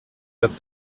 that